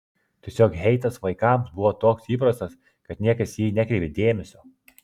tiesiog heitas vaikams buvo toks įprastas kad niekas į jį nekreipė dėmesio